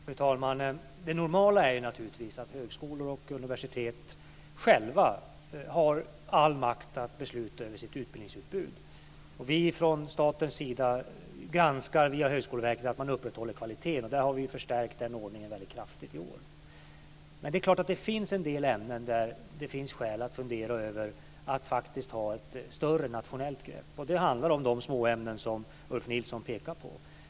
Fru talman! Det normala är naturligtvis att högskolor och universitet själva har all makt att besluta över sitt utbildningsutbud. Vi från statens sida granskar via Högskoleverket att man upprätthåller kvalitet, och den ordningen har vi förstärkt väldigt kraftigt i år. Det är klart att det finns en del ämnen där det finns skäl att fundera över att ha ett större nationellt grepp. Det handlar om de småämnen som Ulf Nilsson pekar på.